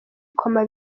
coma